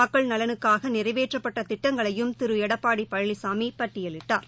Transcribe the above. மக்கள் நலனுக்காகநிறைவேற்றப்பட்டதிட்டங்களையும் திருஎடப்பாடிபழனிசாமிபட்டியலிட்டார்